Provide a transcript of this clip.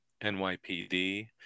NYPD